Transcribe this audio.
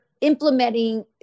implementing